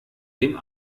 dem